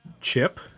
Chip